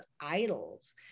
idols